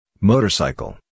Motorcycle